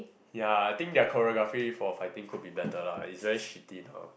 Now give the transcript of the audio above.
ya I think their choreography for fighting could be batter lah is very shitty though